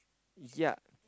ya